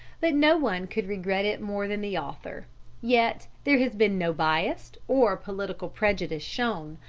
but no one could regret it more than the author yet there has been no bias or political prejudice shown,